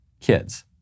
kids